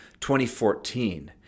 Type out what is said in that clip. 2014